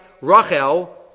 Rachel